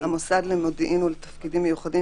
המוסד למודיעין ולתפקידים מיוחדים